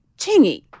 Chingy